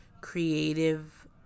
Creative